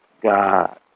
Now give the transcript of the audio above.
God